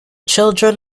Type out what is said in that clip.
children